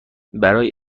برای